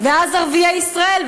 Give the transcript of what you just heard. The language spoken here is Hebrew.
ואז ערביי ישראל,